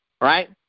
right